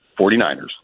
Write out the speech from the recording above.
49ers